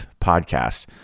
podcast